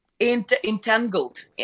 entangled